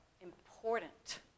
important